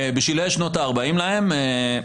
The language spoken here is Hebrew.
בשלהי שנות ה-40 שלהם.